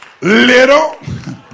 Little